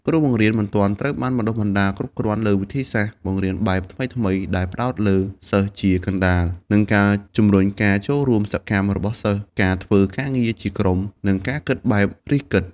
គ្រូបង្រៀនមិនទាន់ត្រូវបានបណ្តុះបណ្តាលគ្រប់គ្រាន់លើវិធីសាស្ត្របង្រៀនបែបថ្មីៗ ដែលផ្តោតលើសិស្សជាកណ្តាល និងជំរុញការចូលរួមសកម្មរបស់សិស្ស ការធ្វើការងារជាក្រុម និងការគិតបែបរិះគិត។